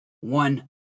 one